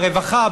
ברווחה,